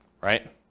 right